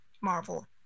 Marvel